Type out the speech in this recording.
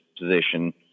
position